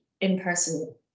in-person